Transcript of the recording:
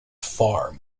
far